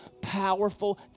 powerful